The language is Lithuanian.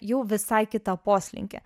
jau visai kitą poslinkį